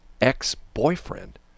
ex-boyfriend